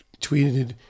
tweeted